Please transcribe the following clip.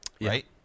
right